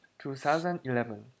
2011